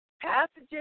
passages